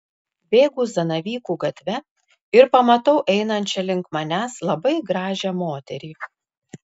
bėgu zanavykų gatve ir pamatau einančią link manęs labai gražią moterį